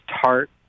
tart